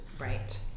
Right